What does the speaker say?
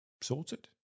Sorted